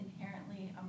inherently